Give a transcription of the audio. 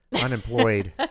unemployed